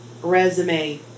resume